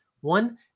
one